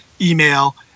email